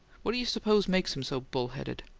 what do you suppose makes him so bull-headed?